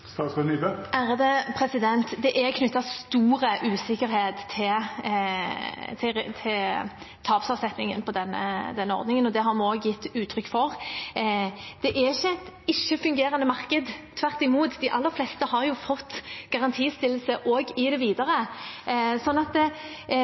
Det er knyttet stor usikkerhet til tapsavsetningen for denne ordningen, og det har vi også gitt uttrykk for. Det er ikke et ikke-fungerende marked. Tvert imot – de aller fleste har jo fått garantistillelse også i det